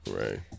right